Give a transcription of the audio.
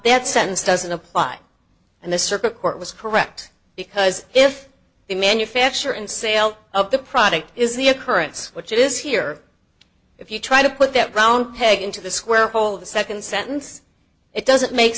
that sentence doesn't apply and the circuit court was correct because if the manufacture and sale of the product is the occurrence which it is here if you try to put that round peg into the square hole the second sentence it doesn't make